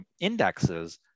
indexes